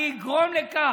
אני אגרום לכך.